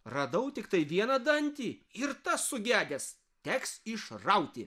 radau tiktai vieną dantį ir tas sugedęs teks išrauti